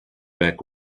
back